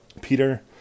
Peter